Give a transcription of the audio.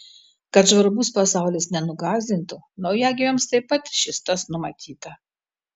kad žvarbus pasaulis nenugąsdintų naujagimiams taip pat šis tas numatyta